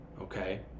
okay